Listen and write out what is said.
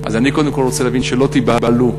אז שלא תיבהלו,